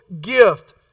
gift